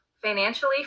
financially